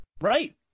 Right